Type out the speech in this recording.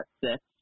six